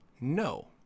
no